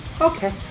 Okay